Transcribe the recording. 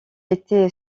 été